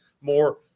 more